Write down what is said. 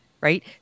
Right